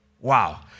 Wow